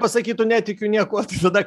pasakytų netikiu niekuo tada